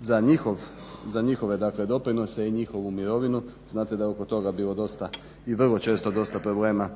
za njihove doprinose i njihovu mirovinu. Znate da je oko toga bilo dosta i vrlo često dosta problema